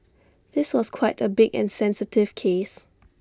this was quite A big and sensitive case